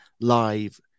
live